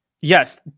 Yes